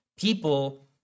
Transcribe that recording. people